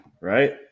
right